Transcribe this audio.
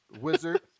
Wizard